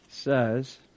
says